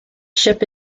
ship